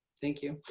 thank you.